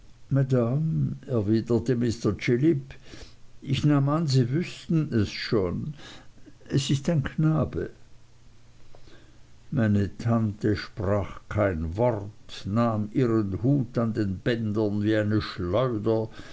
ich nahm an sie wüßten es schon es ist ein knabe meine tante sprach kein wort nahm ihren hut an den bändern wie eine schleuder